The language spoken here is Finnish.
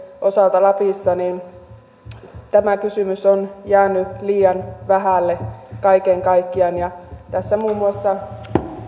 osalta lapissa tämä kysymys on jäänyt liian vähälle kaiken kaikkiaan tässä muun muassa